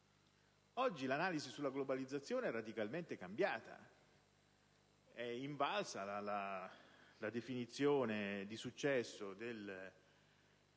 Oggi, l'analisi sulla globalizzazione è radicalmente cambiata: è invalsa la definizione di successo di quello